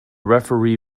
referee